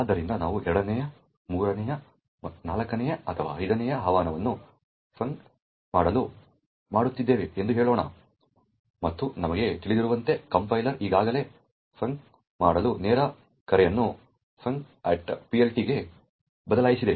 ಆದ್ದರಿಂದ ನಾವು 2ನೇ 3ನೇ 4ನೇ ಅಥವಾ 5ನೇ ಆಹ್ವಾನವನ್ನು ಫಂಕ್ ಮಾಡಲು ಮಾಡುತ್ತಿದ್ದೇವೆ ಎಂದು ಹೇಳೋಣ ಮತ್ತು ನಮಗೆ ತಿಳಿದಿರುವಂತೆ ಕಂಪೈಲರ್ ಈಗಾಗಲೇ ಫಂಕ್ ಮಾಡಲು ನೇರ ಕರೆಯನ್ನು funcPLT ಗೆ ಬದಲಾಯಿಸಿದೆ